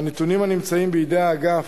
מהנתונים שנמצאים בידי האגף,